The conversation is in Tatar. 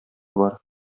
бар